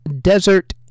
Desert